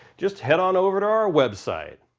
just head on over to our website.